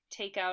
takeout